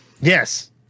Yes